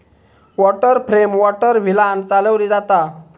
water frame water व्हीलांन चालवली जाता